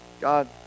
God